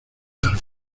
las